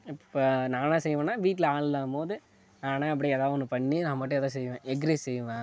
இப்போ நான்லாம் செய்வேனா வீட்டில் ஆள் இல்லாத போது நானே அப்படியே ஏதாவது ஒன்று பண்ணி நான் மட்டும் ஏதாவது செய்வேன் எக் ரைஸ் செய்வேன்